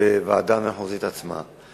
בוועדה המחוזית עצמה.